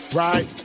right